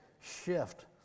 shift